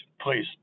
please